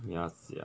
ya sia